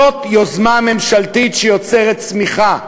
זאת יוזמה ממשלתית שיוצרת צמיחה,